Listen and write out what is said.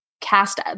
cast